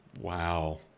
Wow